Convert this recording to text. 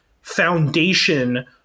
foundation